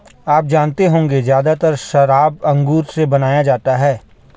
आप जानते होंगे ज़्यादातर शराब अंगूर से बनाया जाता है